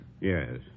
Yes